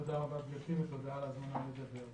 תודה רבה גברתי, ותודה על ההזמנה לדבר פה,